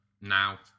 now